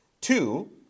Two